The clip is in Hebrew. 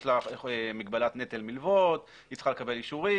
יש לה מגבלת נטל מלוות, היא צריכה לקבל אישורים.